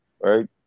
Right